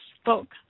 spoke